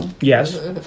yes